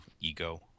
ego